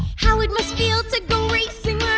how it must feel to go racing